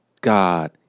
God